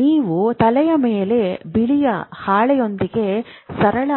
ನೀವು ತಲೆಯ ಮೇಲೆ ಬೆಳ್ಳಿಯ ಹಾಳೆಯೊಂದಿಗೆ ಸರಳ